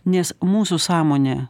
nes mūsų sąmonę